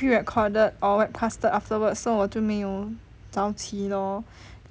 pre-recorded or webcasted afterwards so 我就没有早起 lor